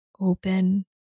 open